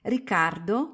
Riccardo